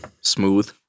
Smooth